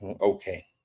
okay